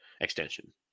extension